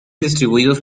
distribuidos